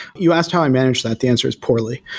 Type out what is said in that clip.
you ask how i manage that, the answer is poorly.